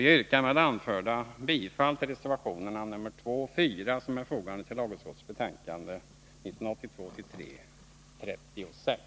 Jag yrkar med det anförda bifall till reservationerna nr 2 och 4, som är fogade till lagutskottets betänkande 1982/83:36.